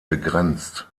begrenzt